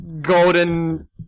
Golden